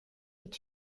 est